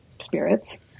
spirits